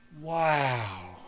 wow